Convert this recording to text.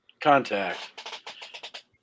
contact